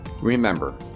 remember